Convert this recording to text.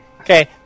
okay